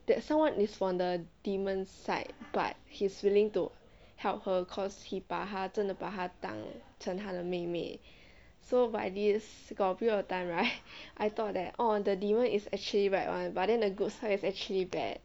that someone is from the demon side but he's willing to help her cause he 把她真的把她当成他的妹妹 so but this got a period of time right I thought that orh the demon is actually right [one] but he's actually bad